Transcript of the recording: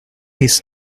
his